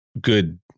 good